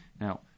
Now